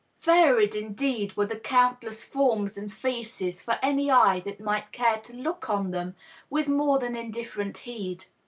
varied indeed were the countless forms and feces for any eye that might care to look on them with more than indiflerent heed.